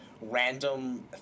random